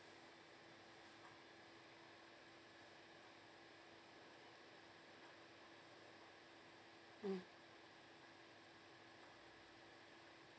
mm